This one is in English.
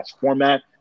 format